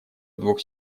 двух